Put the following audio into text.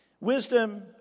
Wisdom